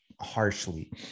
harshly